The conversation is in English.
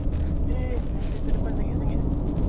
eh ni kereta depan senget senget sia